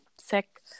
sick